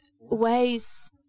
ways